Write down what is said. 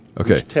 Okay